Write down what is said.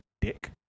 dick